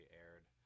aired